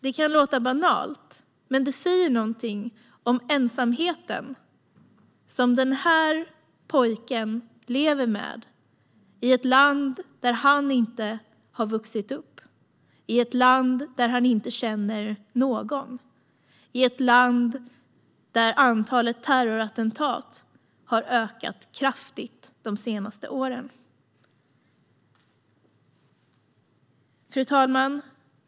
Det kan låta banalt, men det säger någonting om den ensamhet som den här pojken lever med i ett land där han inte har vuxit upp, i ett land där han inte känner någon och i ett land där antalet terrorattentat har ökat kraftigt de senaste åren. Riksrevisionens rapport om upprätt-andet av tillfälliga gränskontroller vid inre gräns Fru talman!